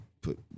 put